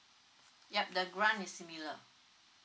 yup the grant is similar